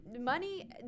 money